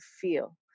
feel